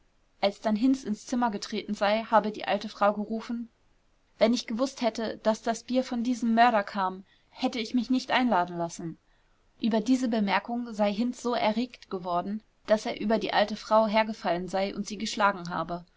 als dann hinz ins zimmer getreten sei habe die alte frau gerufen wenn ich gewußt hätte daß das bier von diesem mörder kam hätte ich mich nicht einladen lassen über diese bemerkung sei hinz so erregt geworden daß er über die alte frau hergefallen sei und sie geschlagen habe